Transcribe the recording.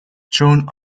joanne